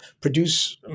produce